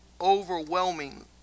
overwhelming